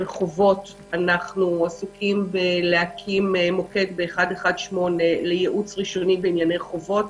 עסוקים בהקמת מוקד ב-118 לייעוץ ראשוני בענייני חובות